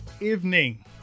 evening